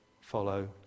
follow